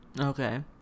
Okay